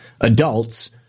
adults